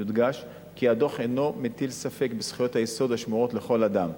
יודגש כי הדוח אינו מטיל ספק בזכויות היסוד השמורות לכל אדם,